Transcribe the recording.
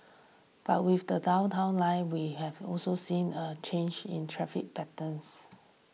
but with the Downtown Line we have also seen a change in traffic patterns